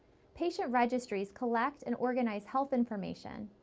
patient registries collect and organize health information.